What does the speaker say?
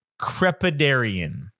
crepidarian